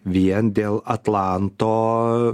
vien dėl atlanto